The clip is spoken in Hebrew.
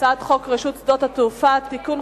הצעת חוק רשות שדות התעופה (תיקון,